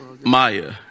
Maya